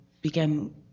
began